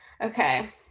okay